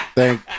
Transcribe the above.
Thank